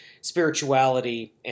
spirituality